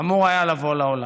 הוא אמור היה לבוא לעולם.